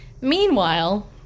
Meanwhile